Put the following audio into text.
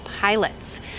pilots